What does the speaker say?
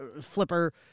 flipper